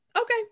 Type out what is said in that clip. Okay